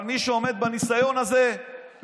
על אף טענתו של המציע כי ועדת השרים החליטה להתנגד להצעה,